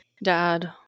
Dad